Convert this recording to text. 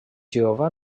jehovà